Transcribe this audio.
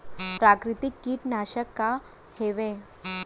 प्राकृतिक कीटनाशक का हवे?